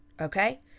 okay